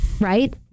right